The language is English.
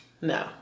no